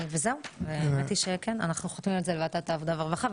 אנחנו ממליצים להעביר לוועדת העבודה והרווחה.